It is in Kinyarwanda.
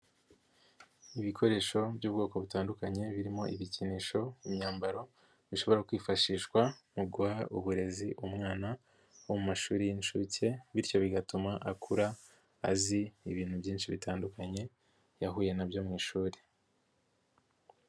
Ibikoresho by'ubwoko butandukanye birimo ibikinisho imyambaro bishobora kwifashishwa mu guha uburezi umwana mu mashuri y'inshuke bityo bigatuma akura azi ibintu byinshi bitandukanye yahuye na byo mu ishuri.